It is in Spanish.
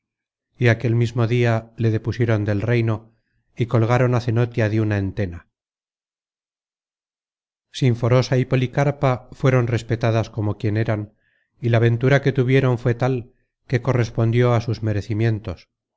cenotia y aquel mismo dia le depusieron del reino y colgaron á cenotia de una entena sinforosa y policarpa fueron respetadas como quien eran y la ventura que tuvieron fué tal que correspondió á sus merecimientos